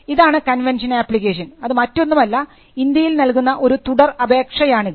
ഇതാണ് convention application അത് മറ്റൊന്നുമല്ല ഇന്ത്യയിൽ നൽകുന്ന ഒരു തുടർ അപേക്ഷയാണിത്